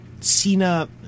Cena